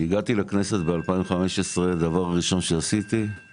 כשהגעתי לכנסת ב- 2015, הדבר הראשון שעשיתי זה